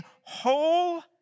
whole